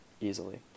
easily